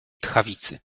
tchawicy